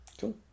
cool